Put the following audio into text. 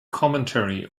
commentary